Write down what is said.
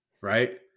right